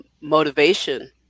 motivation